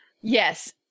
Yes